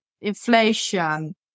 inflation